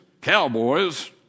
cowboys